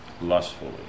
lustfully